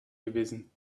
gewesen